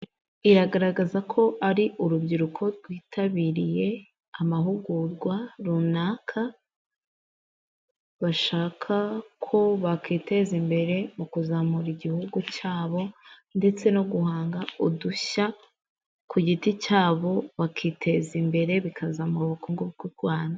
Iragaragaza ko ari urubyiruko rwitabiriye amahugurwa runaka bashaka ko bakwiteza imbere mu kuzamura igihugu cyabo ndetse no guhanga udushya ku giti cyabo bakiteza imbere bikazamura bukungu bw'u Rwanda.